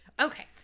Okay